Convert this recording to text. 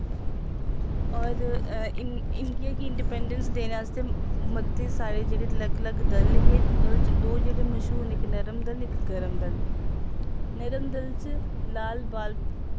और इंडियां गी इंडिपैंडैंस देने आस्तै मते सारे जेह्ड़े अलग अलग दल हे ओह्दे च दो जेह्ड़े मश्हूर हे इक नर्म दल इक गर्म दल नर्म दल च लाल बाल